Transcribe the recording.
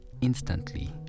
instantly